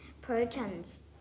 Proton's